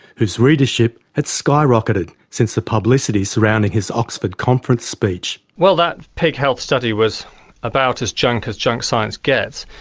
whose readership had skyrocketed since the publicity surrounding his oxford conference speech. well, that pig health study was about as junk as junk science gets.